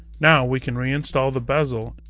now, we can reinstall the bezel.